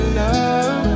love